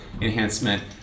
enhancement